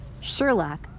Sherlock